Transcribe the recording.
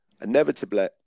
Inevitably